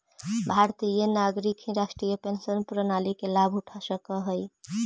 भारतीय नागरिक ही राष्ट्रीय पेंशन प्रणाली के लाभ उठा सकऽ हई